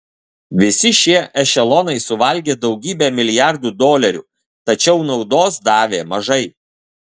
visi šie ešelonai suvalgė daugybę milijardų dolerių tačiau naudos davė mažai